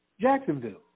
Jacksonville